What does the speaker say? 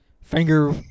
finger